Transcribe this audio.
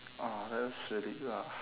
oh that's really ah